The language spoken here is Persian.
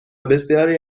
بسیاری